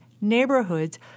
Neighborhoods